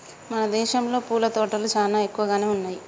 మన దేసంలో పూల తోటలు చానా ఎక్కువగానే ఉన్నయ్యి